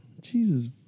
Jesus